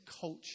culture